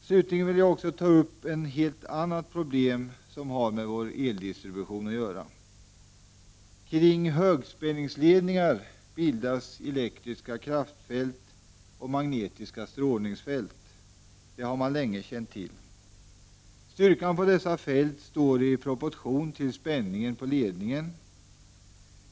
Slutligen vill jag också ta upp ett helt annat problem som har med vår eldistribution att göra. Kring högspänningsledningar bildas elektriska kraftfält och magnetiska strålningsfält. Det har man länge känt till. Styrkan på dessa fält står i proportion till spänningen i ledningen.